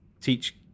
teach